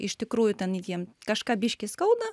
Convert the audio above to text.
iš tikrųjų ten jiem kažką biškį skauda